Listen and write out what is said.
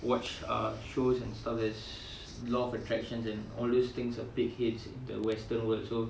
watch uh shows and stuff there's law of attractions and all those things a big hits the western world so